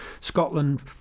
Scotland